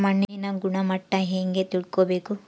ಮಣ್ಣಿನ ಗುಣಮಟ್ಟ ಹೆಂಗೆ ತಿಳ್ಕೊಬೇಕು?